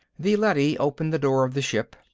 the leady opened the door of the ship.